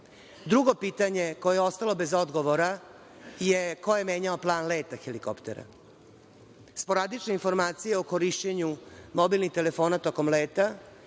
pitanje koje je ostalo bez odgovora je – ko je menjao plan leta helikoptera? Sporadične informacije o korišćenju mobilnih telefona tokom leta